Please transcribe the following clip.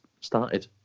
started